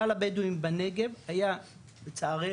כלל הבדואים בנגב היה לצערנו,